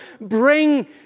Bring